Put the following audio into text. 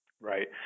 Right